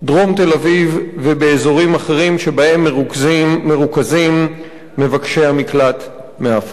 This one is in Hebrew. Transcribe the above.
דרום תל-אביב ובאזורים אחרים שבהם מרוכזים מבקשי המקלט מאפריקה.